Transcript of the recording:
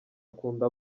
akunda